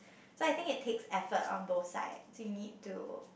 so I think it takes effort on both sides you need to